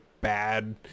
bad